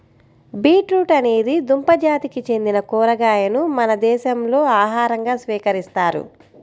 beetroot అనేది దుంప జాతికి చెందిన కూరగాయను మన దేశంలో ఆహారంగా స్వీకరిస్తారు